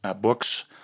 Books